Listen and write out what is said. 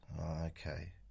Okay